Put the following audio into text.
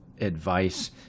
advice